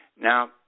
Now